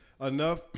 enough